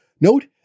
Note